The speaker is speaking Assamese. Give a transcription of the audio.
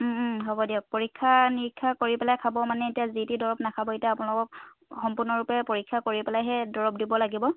হ'ব দিয়ক পৰীক্ষা নিৰীক্ষা কৰি পেলাই খাব মানে এতিয়া যিটি দৰব নাখাব এতিয়া আপোনালোকক সম্পূৰ্ণৰূপে পৰীক্ষা কৰি পেলাইহে দৰব দিব লাগিব